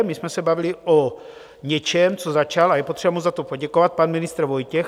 My jsme se bavili o něčem, co začal, a je potřeba mu za to poděkovat, pan ministr Vojtěch.